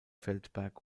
feldberg